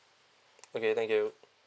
okay thank you